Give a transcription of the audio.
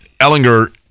Ellinger